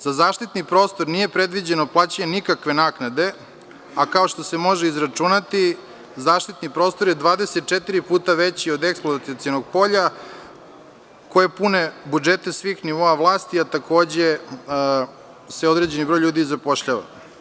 Za zaštitni prostor nije predviđeno plaćanje nikakve naknade, a kao što se može izračunati zaštitni prostor je 24 puta veći od eksploatacionog polja koje pune budžete svih nivoa vlasti, a takođe se određeni broj ljudi zapošljava.